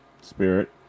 spirit